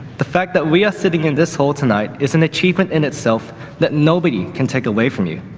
the fact that we are sitting in this hole tonight is an achievement in itself that nobody can take away from you.